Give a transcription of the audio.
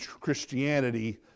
Christianity